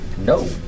No